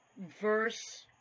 verse